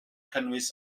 cynnwys